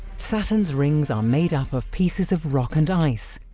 saturn's rings are made up of pieces of rock and ice,